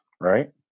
right